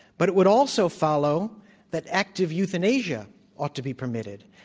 but it would also follow that active euthanasia ought to be permitted,